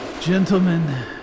Gentlemen